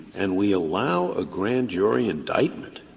and we allow a grand jury indictment